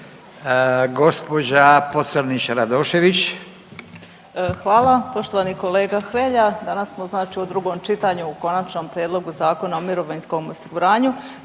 Hvala.